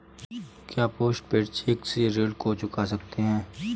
क्या post paid cheque से ऋण को चुका सकते हैं?